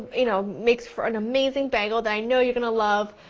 you know makes for an amazing bagel that i know you're going to love.